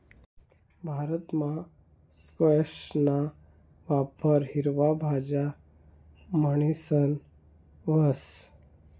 भारतमा स्क्वैशना वापर हिरवा भाज्या म्हणीसन व्हस